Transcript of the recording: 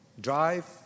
drive